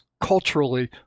culturally